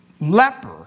leper